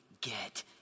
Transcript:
get